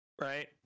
right